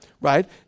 right